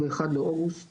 ב-31 באוגוסט